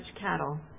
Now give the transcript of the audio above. cattle